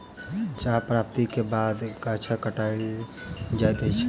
चाह प्राप्ति के बाद गाछक छंटाई कयल जाइत अछि